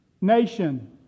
nation